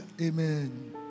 Amen